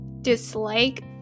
dislike